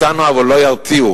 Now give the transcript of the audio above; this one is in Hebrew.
אותנו, אבל, לא ירתיעו.